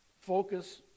focus